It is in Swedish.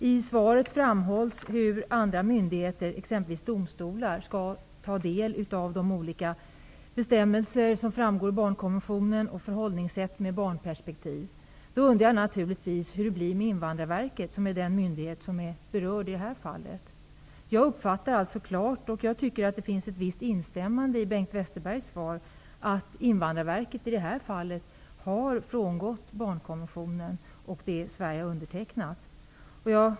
I svaret framhålls hur andra myndigheter, exempelvis domstolar, skall ta del av de olika bestämmelser som följer av barnkonventionen och att de skall ha ett förhållningssätt med barnperspektiv. Jag undrar då naturligtvis hur det förhåller sig med Invandrarverket, som är den myndighet som är berörd i detta fall. Jag har klart uppfattat -- och jag tycker att det finns ett visst instämmande i Bengt Westerbergs svar -- att Invandrarverket i detta fall har frångått barnkonventionen och det Sverige undertecknat.